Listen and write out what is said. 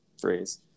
phrase